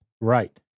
Right